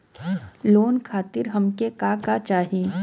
Loan खातीर हमके का का चाही?